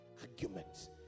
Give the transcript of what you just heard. Arguments